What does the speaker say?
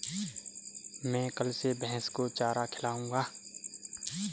मैं कल से भैस को चारा खिलाऊँगा